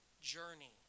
journey